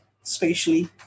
spatially